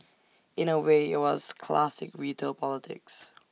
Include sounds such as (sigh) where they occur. in A way IT was classic retail politics (noise)